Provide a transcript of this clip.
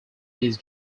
this